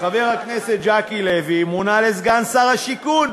חבר הכנסת ז'קי לוי מונה לסגן שר הבינוי.